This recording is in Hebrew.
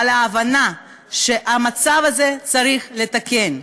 על ההבנה שאת המצב הזה צריך לתקן.